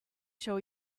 show